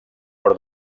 però